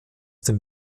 dem